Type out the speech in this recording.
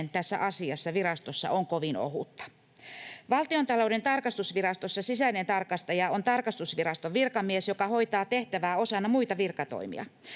tässä asiassa virastossa on kovin ohutta. Valtiontalouden tarkastusvirastossa sisäinen tarkastaja on tarkastusviraston virkamies, joka hoitaa tehtävää osana muita virkatoimia.